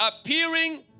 appearing